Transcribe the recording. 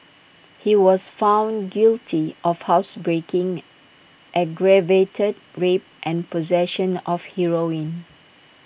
he was found guilty of housebreaking aggravated rape and possession of heroin